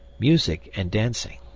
music and dancing